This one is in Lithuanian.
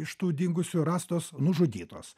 iš tų dingusių rastos nužudytos